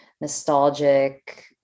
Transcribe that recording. nostalgic